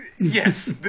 Yes